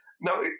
Now